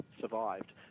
survived